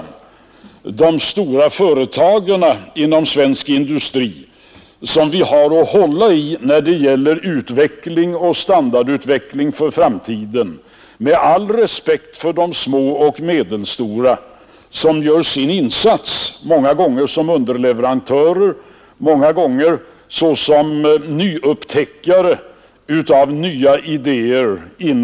Det är de stora företagen inom svensk industri som vi har att bygga på när det gäller standardutveckling för framtiden. Jag säger detta med all respekt för de små och medelstora, som gör sin insats, många gånger som underleverantörer, många gånger som upptäckare av nya idéer.